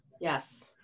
Yes